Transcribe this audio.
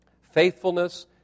Faithfulness